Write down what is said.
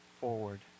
forward